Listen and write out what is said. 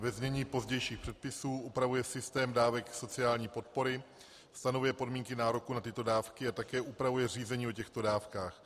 ve znění pozdějších předpisů, upravuje systém dávek sociální podpory, stanovuje podmínky nároku na tyto dávky a také upravuje řízení o těchto dávkách.